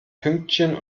pünktchen